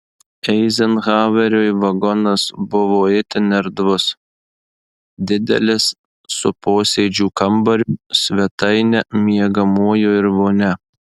eizenhauerio vagonas buvo itin erdvus didelis su posėdžių kambariu svetaine miegamuoju ir vonia